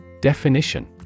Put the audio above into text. Definition